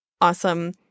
awesome